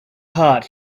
heart